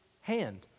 hand